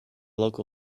local